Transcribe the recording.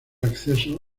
acceso